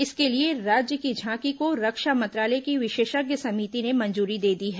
इसके लिए राज्य की झांकी को रक्षा मंत्रालय की विशेषज्ञ समिति ने मंजूरी दे दी है